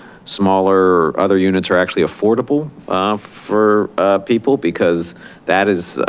smaller other units are actually affordable for people because that is